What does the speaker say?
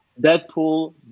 Deadpool